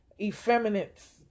effeminates